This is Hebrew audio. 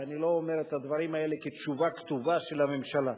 ואני לא אומר את הדברים האלה כתשובה כתובה של הממשלה: